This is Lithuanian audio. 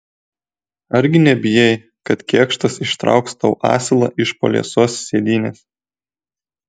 argi nebijai kad kėkštas ištrauks tau asilą iš po liesos sėdynės